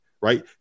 right